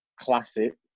Classic